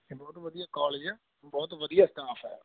ਇਹ ਬਹੁਤ ਵਧੀਆ ਕੋਲਜ ਆ ਬਹੁਤ ਵਧੀਆ ਸਟਾਫ ਹੈ